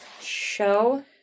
Show